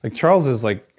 and charles is like,